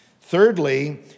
Thirdly